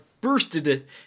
bursted